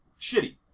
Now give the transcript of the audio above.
shitty